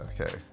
Okay